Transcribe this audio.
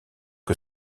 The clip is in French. que